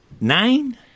nine